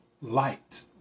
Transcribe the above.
light